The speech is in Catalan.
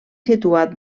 situat